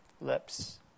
lips